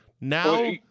Now